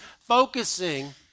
focusing